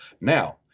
Now